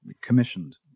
commissioned